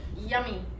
Yummy